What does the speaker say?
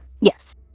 Yes